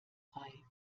frei